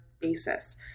basis